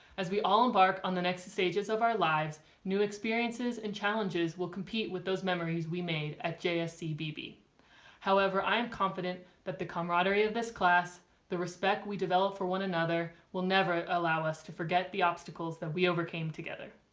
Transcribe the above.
as we all embark on the next stages of our lives new experiences and challenges will compete with those memories we made at jscbb. ah however i'm confident that the camaraderie of this class the respect we developed for one another will never allow us to forget the obstacles that we overcame together.